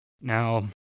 now